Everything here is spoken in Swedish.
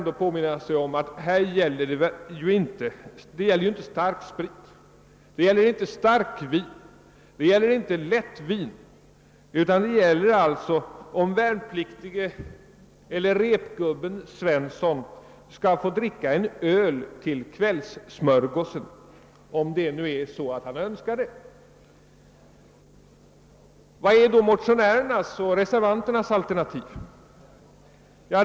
Det gäller alltså inte utskänkning av starksprit, starkvin eller lättvin, utan det gäller om värnpliktige eller repgubben Svensson skall få dricka en öl till kvällssmörgåsen ifall han tycker om att göra det. Vad är då motionärernas och reservanternas alternativ?